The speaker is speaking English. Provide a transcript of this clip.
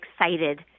excited